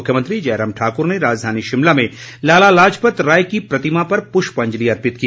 मुख्यमंत्री जयराम ठाकुर ने राजधानी शिमला में लाला लाजपत राय की प्रतिमा पर पुष्पांजलि अर्पित की